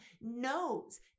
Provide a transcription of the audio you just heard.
knows